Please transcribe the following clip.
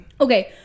Okay